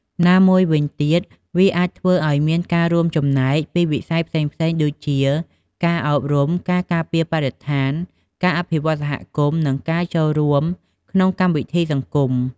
ណាមួយវិញទៀតវាអាចធ្វើឲ្យមានការរួមចំណែកពីវិស័យផ្សេងៗដូចជាការអប់រំ ការការពារបរិស្ថាន ការអភិវឌ្ឍសហគមន៍ និងការចូលរួមក្នុងកម្មវិធីសង្គម។